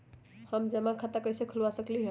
हम जमा खाता कइसे खुलवा सकली ह?